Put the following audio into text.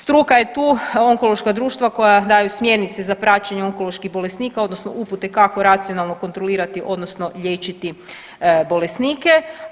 Struka je tu, onkološka društva koja daju smjernice za praćenje onkoloških bolesnika odnosno upute kako racionalno kontrolirati odnosno liječiti bolesnike.